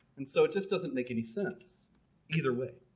and so it just doesn't make any sense either way